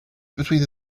between